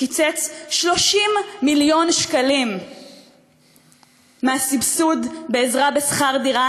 קיצץ 30 מיליון שקלים מהסבסוד בעזרה בשכר דירה